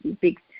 big